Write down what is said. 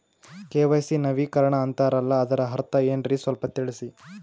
KYC ನವೀಕರಣ ಅಂತಾರಲ್ಲ ಅದರ ಅರ್ಥ ಏನ್ರಿ ಸ್ವಲ್ಪ ತಿಳಸಿ?